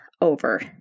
over